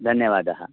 धन्यवादः